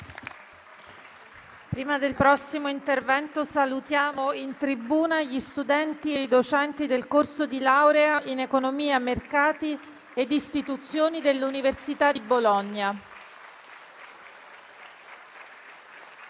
apre una nuova finestra"). Salutiamo in tribuna gli studenti e i docenti del corso di laurea in economia, mercati e istituzioni dell'Università di Bologna.